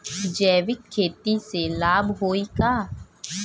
जैविक खेती से लाभ होई का?